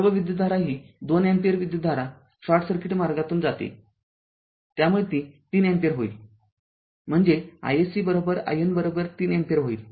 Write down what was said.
सर्व विद्युतधारा ही २ अँपिअर विद्युतधारा शॉर्ट सर्किट मार्गातून जाते त्यामुळे ती ३ अँपिअर होईल म्हणजे iSC IN ३ अँपिअर होईल